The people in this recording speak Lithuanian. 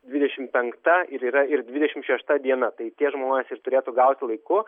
dvidešim penkta ir yra ir dvidešim šešta diena tai tie žmonės ir turėtų gauti laiku